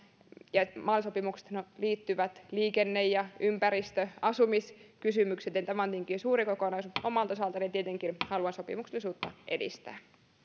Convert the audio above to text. mal sopimuksethan liittyvät liikenne ympäristö ja asumiskysymyksiin ja tämä on tietenkin suuri kokonaisuus omalta osaltani tietenkin haluan sopimuksellisuutta edistää